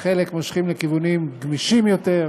חלק מושכים בכיוונים גמישים יותר,